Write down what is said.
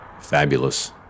fabulous